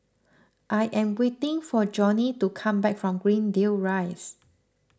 I am waiting for Johnny to come back from Greendale Rise